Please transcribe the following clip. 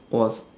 was